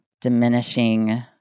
diminishing